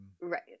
right